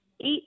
eight